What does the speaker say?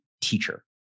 teacher